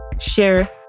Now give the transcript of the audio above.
share